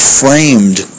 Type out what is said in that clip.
framed